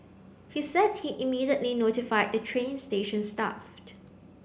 he said he immediately notified the train station staff